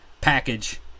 package